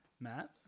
Matt